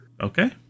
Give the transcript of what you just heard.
Okay